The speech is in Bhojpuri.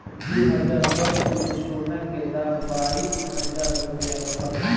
दू हज़ार दस में, सोना के दाम बाईस हजार रुपिया रहल